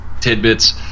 tidbits